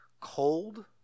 Cold